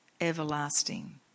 everlasting